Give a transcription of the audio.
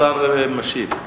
השר משיב.